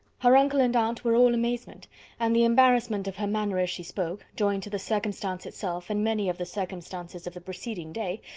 her uncle and aunt were all amazement and the embarrassment of her manner as she spoke, joined to the circumstance itself, and many of the circumstances of the preceding day,